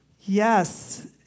Yes